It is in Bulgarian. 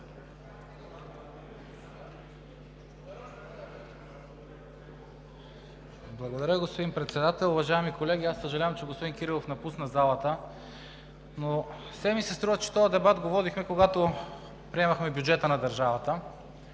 Благодаря, господин Председател. Уважаеми колеги, съжалявам, че господин Кирилов напусна залата, но все ми се струва, че водихме този дебат, когато приемахме бюджета на държавата.